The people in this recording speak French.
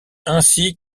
ainsi